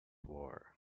war